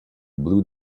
blue